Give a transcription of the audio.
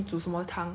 guess lah